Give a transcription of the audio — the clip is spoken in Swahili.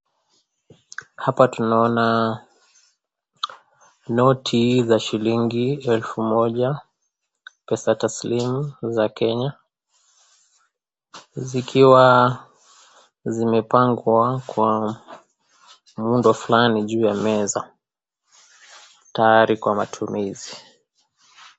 Hapa tunaona noti za shillingi elfu moja pesa tasilimu za Kenya, zikiwa zimepangwa kwa muundo fulani juu ya meza tayari kwa matumizi.